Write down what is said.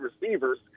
receivers